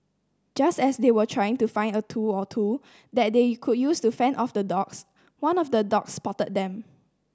just as they were trying to find a tool or two that they could use to fend off the dogs one of the dogs spotted them